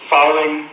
Following